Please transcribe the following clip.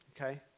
okay